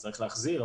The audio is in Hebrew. צריך להחזיר,